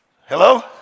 Hello